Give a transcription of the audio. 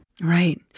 Right